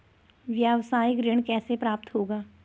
व्यावसायिक ऋण कैसे प्राप्त होगा?